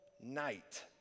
night